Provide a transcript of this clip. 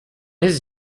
his